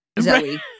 Zoe